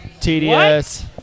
Tedious